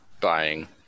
Buying